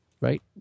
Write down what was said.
right